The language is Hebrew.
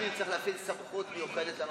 משרד הפנים צריך להפעיל סמכות מיוחדת לנושא הזה.